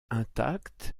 intact